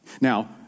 Now